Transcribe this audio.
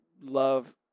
love